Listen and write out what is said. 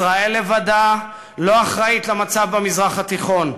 ישראל לבדה לא אחראית למצב במזרח התיכון,